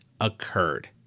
occurred